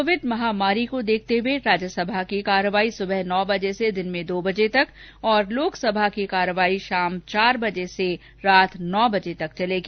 Covid महामारी को देखते हए राज्यसभा की कार्यवाही सुबह नौ बजे से दिन में दो बजे तक और लोकसभा की कार्यवाही शाम चार बजे से रात नौ बजे तक चलेगी